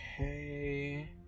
okay